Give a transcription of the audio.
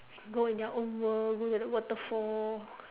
go in their own world go look at waterfall